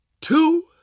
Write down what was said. two